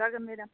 जागोन मेदाम